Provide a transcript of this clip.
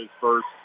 first